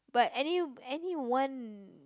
but any anyone